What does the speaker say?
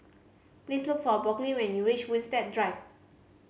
please look for Brooklyn when you reach Winstedt Drive